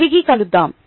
తిరిగి కలుదాం